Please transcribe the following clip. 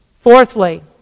Fourthly